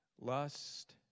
lust